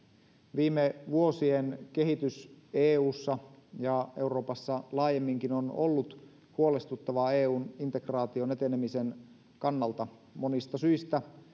viime vuosien kehitys eussa ja euroopassa laajemminkin on ollut huolestuttavaa eun integraation etenemisen kannalta monista syistä